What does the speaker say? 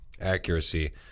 accuracy